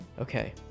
Okay